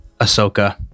Ahsoka